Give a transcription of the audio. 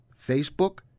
Facebook